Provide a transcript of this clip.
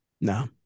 No